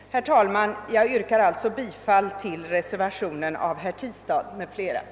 Herr talman! Jag yrkar bifall till reservationen 2 av herr Tistad och mig själv.